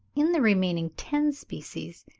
in the remaining ten species,